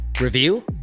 review